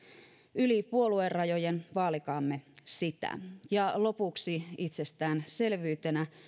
yli puoluerajojen vaalikaamme sitä ja lopuksi itsestäänselvyytenä